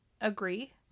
agree